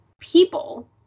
people